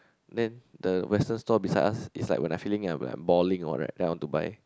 then the Western store beside us is like when I feeling I'm I'm boring or right I want to buy